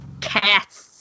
cats